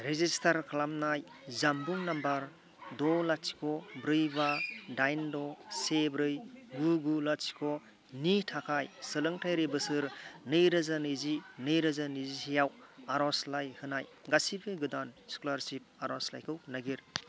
register खालामनाय जानबुं number द' लाथिख' ब्रै बा दाइन द' से ब्रै गु गु लाथिख' नि थाखाय सोलोंथायारि बोसोर नै रोजा नैजि नै रोजा नैजिसेआव आरज'लाइ होनाय गासिबो गोदान स्क'लारसिप आरज'लाइखौ नागिर